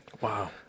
Wow